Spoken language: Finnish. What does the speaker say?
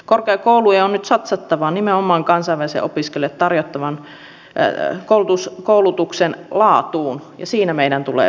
korkeakoulujen on nyt satsattava nimenomaan kansainvälisille opiskelijoille tarjottavan koulutuksen laatuun ja siinä meidän tulee pärjätä